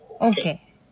Okay